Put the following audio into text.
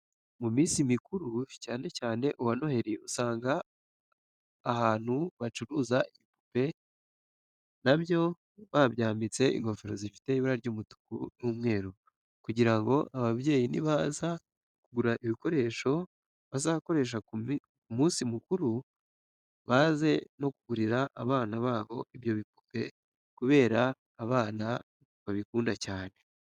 Mu minsi mikuru, cyane cyane uwa Noheri usanga ahantu bacuruza ibipupe na byo babyambitse ingofero zifite ibara ry'umutuku n'umweru, kugira ngo ababyeyi nibaza kugura ibikoresho bizakoreshwa ku munsi mukuru, baze no kugurira abana babo ibyo bipupe kubera abana babikunda cyane.